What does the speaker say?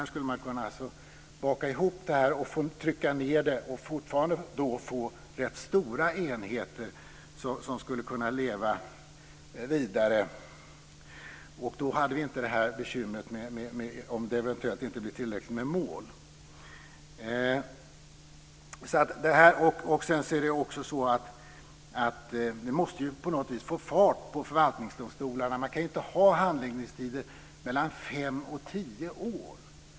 Man skulle kunna baka ihop det här och trycka ned det och fortfarande få rätt stora enheter som skulle kunna leva vidare. Då skulle vi inte ha bekymret om det eventuellt inte blir tillräcklig många mål. Vi måste också på något vis få fart på förvaltningsdomstolarna. Man kan inte ha handläggningstider på mellan fem och tio år.